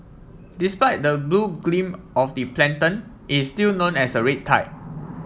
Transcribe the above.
despite the blue gleam of the plankton is still known as a red tide